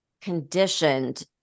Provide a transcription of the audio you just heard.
conditioned